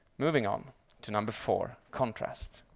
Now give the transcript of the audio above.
moving on to number four, contrast.